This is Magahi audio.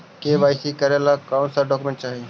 के.वाई.सी करे ला का का डॉक्यूमेंट चाही?